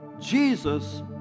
Jesus